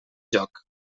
joc